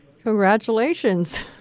Congratulations